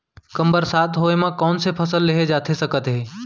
कम बरसात होए मा कौन से फसल लेहे जाथे सकत हे?